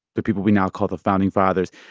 the people we now call the founding fathers,